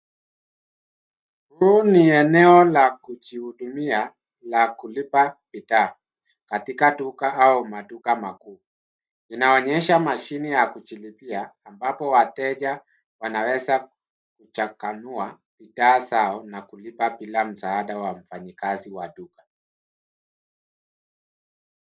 Huu ni eneo la kujihudumia la kulipa bidhaa katika duka au maduka makubwa. Inaonyesha mashine ya kujilipia ambapo wateja wanaweza kuchanganua bidhaa zao na kulipa bila msaada wa mfanyikazi wa duka.